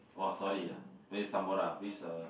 !wow! sorry ah play uh